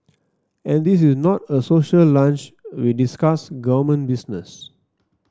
and this is not a social lunch we discuss government business